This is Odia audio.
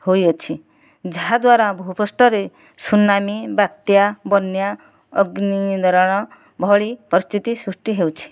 ହୋଇଅଛି ଯାହାଦ୍ୱାରା ଭୁପୃଷ୍ଠରେ ସୁନାମି ବାତ୍ୟା ବନ୍ୟା ଅଗ୍ନି ଉଦ୍ଗିରଣ ଭଳି ପରିସ୍ଥିତି ସୃଷ୍ଟି ହେଉଛି